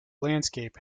landscape